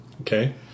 Okay